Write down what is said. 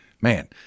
Man